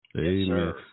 Amen